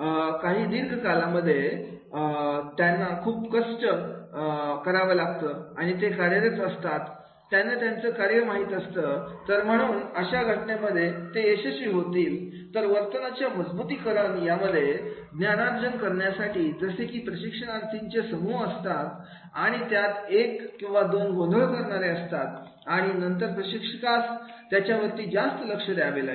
बिर्गे कालामध्ये कारण त्यांच्या कष्ट खूप चिवट असतं ते कार्यरत असतात त्यांना त्यांचं कार्य माहीत असतं तर म्हणून अशा घटनांमध्ये ते यशस्वी होतील तर वर्तनाच्या मजबुतीकरण यामध्ये ज्ञानार्जन करण्यासाठी जसे की प्रशिक्षणार्थीचे समूह असतात आणि त्यात एक किंवा दोन गोंधळ करणारे असतातआणि नंतर प्रशिक्षकास त्यांच्यावरती जास्त लक्ष द्यावे लागेल